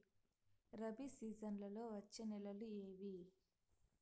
రబి సీజన్లలో వచ్చే నెలలు ఏవి?